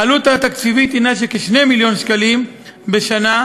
העלות התקציבית היא של כ-2 מיליון שקלים בשנה,